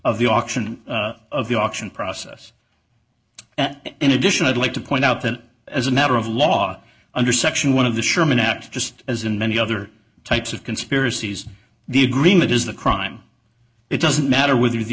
of the auction of the auction process in addition i'd like to point out that as a matter of law under section one of the sherman act just as in many other types of conspiracies the agreement is the crime it doesn't matter whether the